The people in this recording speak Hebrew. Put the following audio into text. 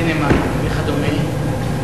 דנמרק וכדומה,